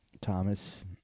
Thomas